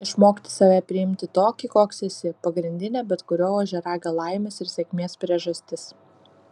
išmokti save priimti tokį koks esi pagrindinė bet kurio ožiaragio laimės ir sėkmės priežastis